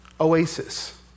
Oasis